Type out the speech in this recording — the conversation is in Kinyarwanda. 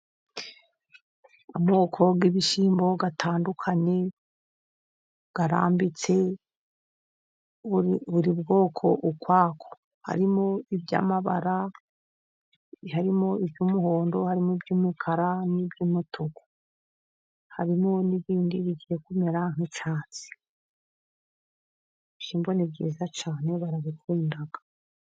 Amoko y'ibishyimbo atandukanye arambitse buri bwoko ukwako harimo iby'amabara, harimo iby'umuhondo, harimo iby'umukara, n'iby'umutuku, harimo n'ibindi bigiye kumera nk'icyatsi. Ibishyimbo ni byiza cyane barabikunda.